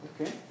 Okay